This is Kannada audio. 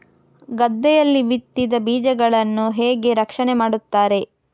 ಗದ್ದೆಯಲ್ಲಿ ಬಿತ್ತಿದ ಬೀಜಗಳನ್ನು ಹೇಗೆ ರಕ್ಷಣೆ ಮಾಡುತ್ತಾರೆ?